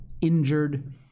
injured